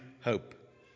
hope